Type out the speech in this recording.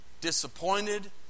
disappointed